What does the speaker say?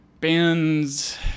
bands